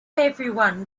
everyone